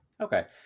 Okay